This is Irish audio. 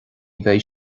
bheidh